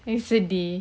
eh sedih